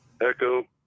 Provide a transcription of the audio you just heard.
echo